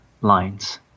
lines